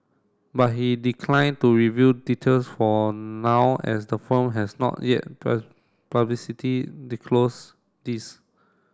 but he declined to reveal details for now as the firm has not yet these